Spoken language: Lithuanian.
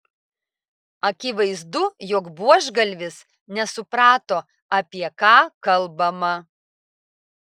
akivaizdu jog buožgalvis nesuprato apie ką kalbama